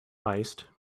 heist